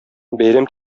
бәйрәм